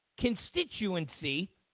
constituency